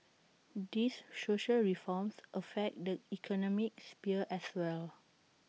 these social reforms affect the economic sphere as well